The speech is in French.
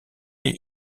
est